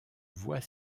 voie